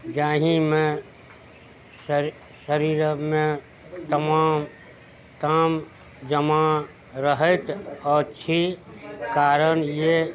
जाहिमे शर शरीरमे तमाम ताम जमा रहैत अछि कारण ये